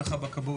היא נחה בכבאות,